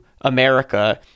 America